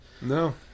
no